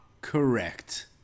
correct